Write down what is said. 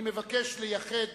אני מבקש לייחד